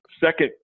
second